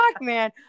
man